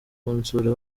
kunsura